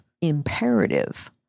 imperative